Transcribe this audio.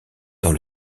dans